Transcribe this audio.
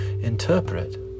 interpret